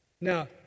Now